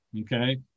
okay